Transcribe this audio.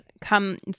come